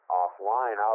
offline